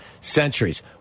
centuries